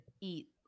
Eat